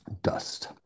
Dust